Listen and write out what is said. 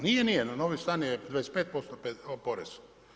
Nije nije, na novi stan je 25% porez.